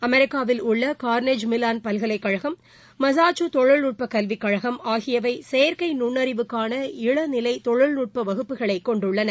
அமெிக்காவில் உள்ள Carnegie Mellon பல்கலைக்கழகம் Massachusetts தொழில்நுட்ப கல்விக்கழகம் ஆகியவை செயற்கை நுண்ணறிவுக்கான இளநிலை தொழில்நுட்ப வகுப்புகளைக் கொண்டுள்ளன